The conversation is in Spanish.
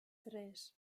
tres